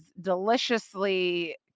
deliciously